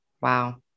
Wow